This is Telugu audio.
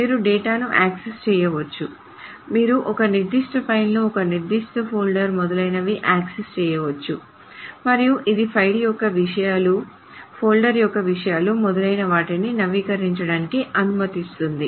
మీరు డేటాను యాక్సెస్ చేయవచ్చు మీరు ఒక నిర్దిష్ట ఫైల్ను ఒక నిర్దిష్ట ఫోల్డర్ మొదలైనవి యాక్సెస్ చేయవచ్చు మరియు ఇది ఫైల్ యొక్క విషయాలు ఫోల్డర్ యొక్క విషయాలు మొదలైనవాటిని నవీకరించడానికి అనుమతిస్తుంది